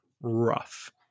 rough